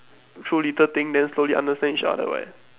through little thing then slowly understand each other what